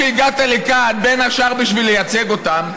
שהגעת לכאן בין השאר כדי לייצג אותם,